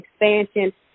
expansion